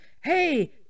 Hey